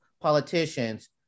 politicians